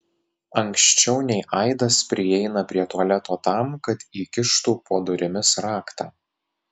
anksčiau nei aidas prieina prie tualeto tam kad įkištų po durimis raktą